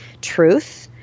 truth